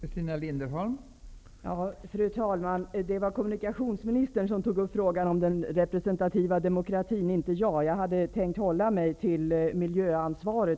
Fru talman! Det var kommunikationsministern som tog upp den representativa demokratin, inte jag. Jag hade tänkt hålla mig till regeringens miljöansvar.